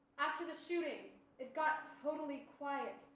after the shooting, it got totally quiet.